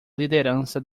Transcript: liderança